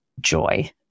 joy